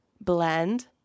Blend